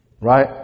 Right